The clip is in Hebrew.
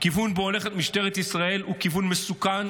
הכיוון שבו הולכת משטרת ישראל הוא כיוון מסוכן,